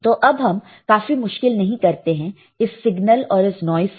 तो अब हम काफी मुश्किल नहीं करते हैं इस सिग्नल और इस नॉइस को